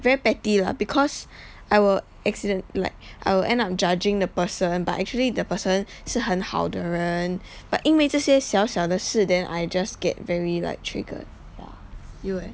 very petty lah because I will accident~ like I will end up judging the person but actually the person 是很好的人 but 因为这些小小的事 then I just get very like triggered ya you eh